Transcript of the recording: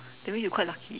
that means you quite lucky